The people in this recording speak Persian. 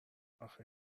آخه